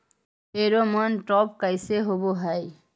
Pheromone trap कैसे होब हई?